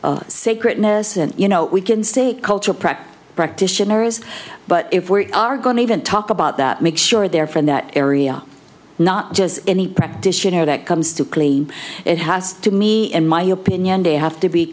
the sacred innocent you know we can say cultural practice practitioners but if we are going to even talk about that make sure they're from that area not just any practitioner that comes to clean it has to me in my opinion they have to be